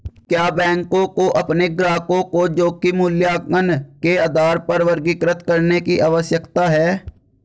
क्या बैंकों को अपने ग्राहकों को जोखिम मूल्यांकन के आधार पर वर्गीकृत करने की आवश्यकता है?